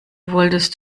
wolltest